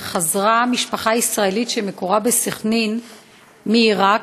לפני כחודש חזרה משפחה ישראלית שמקורה בסח'נין מעיראק,